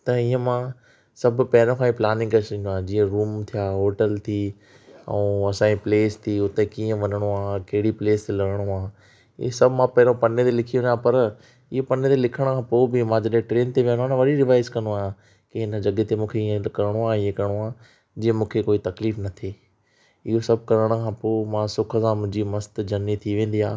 त हिअं मां सभु पंहिंरियो खां हीअ प्लैनिनंग करे छॾींदो आहियां जीअं रूम थिया होटल थी ऐं असांजी प्लेस थी हुते कीअं वञिणो आहे कहिड़ी प्लेस लहिणो आहे हीअ सभु मां पहिरियों पने ते लिखी रहिया पर हीए पन्ने ते लिखण खां पोइ बि मां जॾहिं ट्रेन ते वेंदो आहे न वरी रिवाइस कंदो आहियां की हिन जॻह ते मूंखे हीअं करिणो आहे हीअ करिणो आहे जीअं मूंखे कोई तकलीफ़ न थिए हियो सभु करण खां पोइ मां सुख सा मुंहिंजी मस्तु जर्नी थी वेंदी आहे